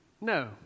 No